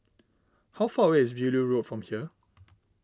how far away is Beaulieu Road from here